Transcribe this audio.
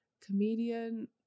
comedian